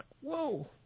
whoa